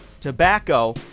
tobacco